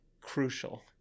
crucial